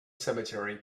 cemetery